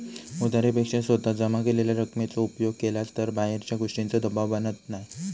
उधारी पेक्षा स्वतः जमा केलेल्या रकमेचो उपयोग केलास तर बाहेरच्या गोष्टींचों दबाव बनत नाय